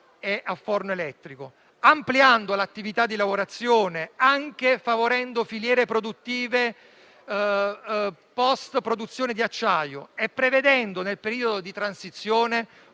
è a forno elettrico, ampliando l'attività di lavorazione, anche favorendo filiere produttive *post* produzione di acciaio, e prevedendo, nel periodo di transizione,